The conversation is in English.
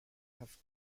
have